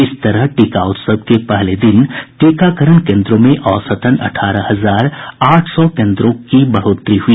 इस तरह टीका उत्सव के पहले दिन टीकाकरण केन्द्रों में औसतन अठारह हजार आठ सौ केन्द्रों का इजाफा हुआ